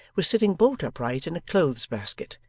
was sitting bolt upright in a clothes-basket,